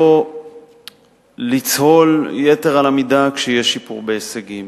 לא לצהול יתר על המידה כשיש שיפור בהישגים,